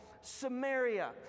Samaria